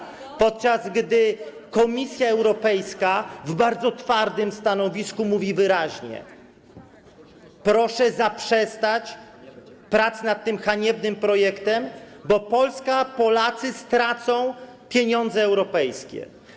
Siedem zarzutów... ...podczas gdy Komisja Europejska w bardzo twardym stanowisku mówi wyraźnie: proszę zaprzestać prac nad tym haniebnym projektem, bo Polska, Polacy stracą pieniądze europejskie.